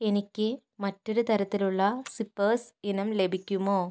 എനിക്ക് മറ്റൊരു തരത്തിലുള്ള സിപ്പേഴ്സ് ഇനം ലഭിക്കുമോ